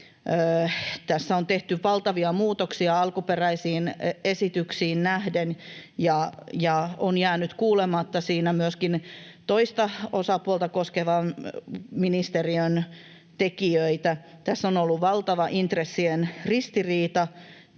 Tässä on tehty valtavia muutoksia alkuperäisiin esityksiin nähden, ja on jäänyt kuulematta siinä myöskin toista osapuolta koskevan ministeriön tekijöitä. Tässä on ollut valtava intressien ristiriita,